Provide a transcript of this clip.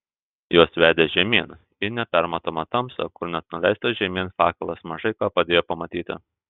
jos vedė žemyn į nepermatomą tamsą kur net nuleistas žemyn fakelas mažai ką padėjo pamatyti